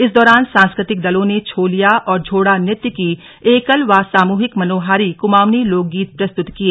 इस दौरान सांस्कृतिक दलों ने छोलिया और झोड़ा नृत्य एकल व सामूहिक मनोहारी कुमाउंनी लोक गीत प्रस्तुत किए